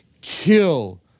kill